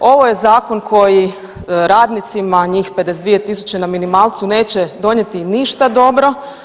Ovo je zakon koji radnicima njih 52.000 na minimalcu neće donijeti ništa dobro.